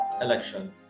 election